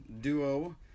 duo